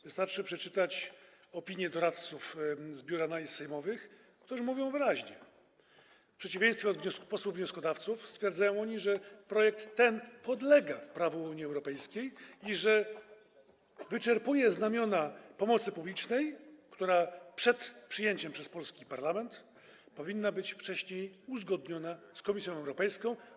Wystarczy przeczytać opinie doradców z Biura Analiz Sejmowych, którzy stwierdzają wyraźnie, w przeciwieństwie do posłów wnioskodawców, że projekt ten podlega prawu Unii Europejskiej i wyczerpuje znamiona pomocy publicznej, więc przed przyjęciem przez polski parlament powinno to być wcześniej uzgodnione z Komisją Europejską.